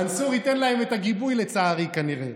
מנסור ייתן להם את הגיבוי, לצערי, כנראה.